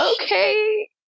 Okay